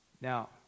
Now